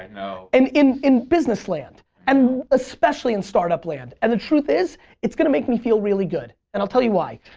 know. um and in business land and especially in startup land and the truth is it's going to make me feel really good and i'll tell you why.